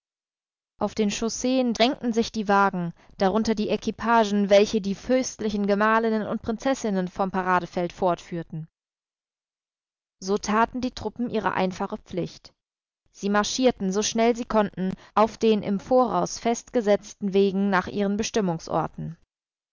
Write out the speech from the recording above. auf den chausseen drängten sich die wagen darunter die equipagen welche die fürstlichen gemahlinnen und prinzessinnen vom paradefeld fortführten so taten die truppen ihre einfache pflicht sie marschierten so schnell sie konnten auf den im voraus festgesetzten wegen nach ihren bestimmungsorten